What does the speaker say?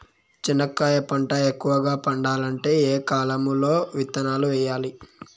చెనక్కాయ పంట ఎక్కువగా పండాలంటే ఏ కాలము లో విత్తనాలు వేయాలి?